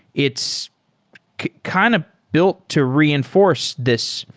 it's kind of built to re inforce this